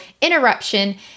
interruption